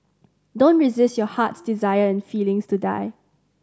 don't resist your heart's desire and feelings to die